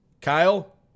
Kyle